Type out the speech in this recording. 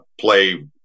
play